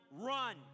run